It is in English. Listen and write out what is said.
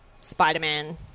Spider-Man